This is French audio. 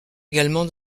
également